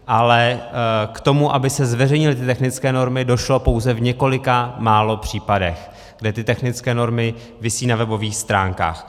Ale k tomu, aby se zveřejnily ty technické normy, došlo pouze v několika málo případech, kde ty technické normy visí na webových stránkách.